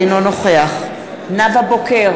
אינו נוכח נאוה בוקר,